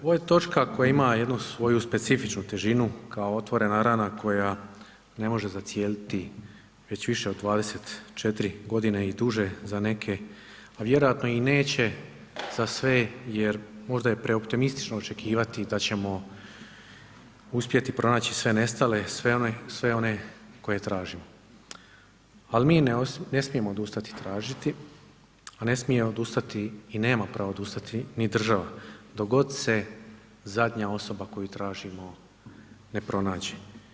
Ovo je točka koja ima jednu svoju specifičnu težinu kao otvorena rana koja ne može zacijeliti već više od 24 godine i duže za neke, a vjerojatno i neće za sve, jer možda je preoptimistično očekivati da ćemo uspjeti pronaći sve nestale, sve one koje tražimo, ali mi ne smijemo odustati tražiti, a ne smije odustati i nema pravo odustati ni država dok god se zadnja osoba koju tražimo ne pronađe.